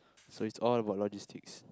so it's all about logistics